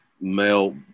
male